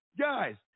Guys